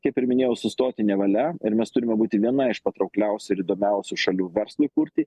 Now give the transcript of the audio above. kaip ir minėjau sustoti nevalia ir mes turime būti viena iš patraukliausių ir įdomiausių šalių verslui kurti